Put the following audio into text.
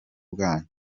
bwanyu